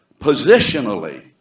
Positionally